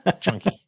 chunky